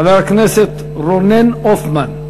חבר הכנסת רונן הופמן,